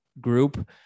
group